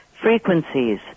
frequencies